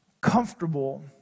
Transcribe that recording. comfortable